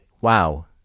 wow